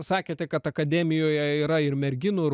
sakėte kad akademijoje yra ir merginų ir